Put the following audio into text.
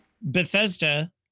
Bethesda